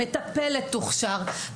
המטפלת תוכשר.